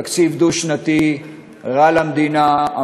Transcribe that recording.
תקציב דו-שנתי רע למדינה,